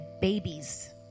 babies